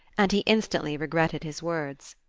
and he instantly regretted his words.